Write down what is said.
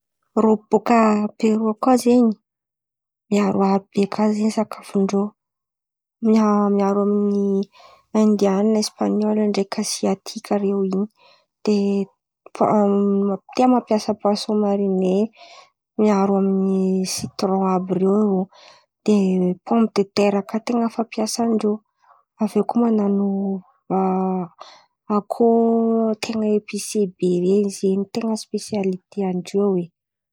Rô bòka Pero kà zen̈y, miaroaro be koa zen̈y sakafondrô. Miaro miaro amin'ny aindiainina, espan̈ôly ndreky aziatika rô iny. De tia mampiasa poasòn marìne miaro amin'ny sitron àby reo. De pômy de tera kà ten̈a fampiasan-drô. Aviô koa manano akôho ten̈a epise be ren̈y zen̈y ny ten̈a spesialitean-drô oe.